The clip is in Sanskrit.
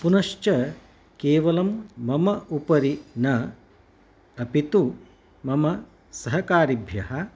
पुनश्च केवलं मम उपरि न अपितु मम सहकारिभ्यः